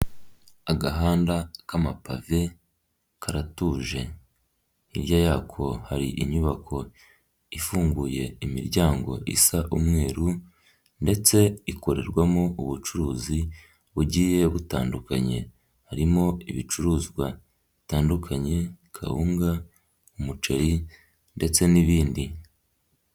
Agahanda k'amapave karatuje, hirya yako hari inyubako ifunguye imiryango isa umweru ndetse ikorerwamo ubucuruzi bugiye butandukanye, harimo ibicuruzwa bitandukanye, kawunga, umuceri ndetse n'ibindi.